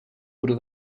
budu